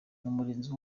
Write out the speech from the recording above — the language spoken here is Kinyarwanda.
umurinzi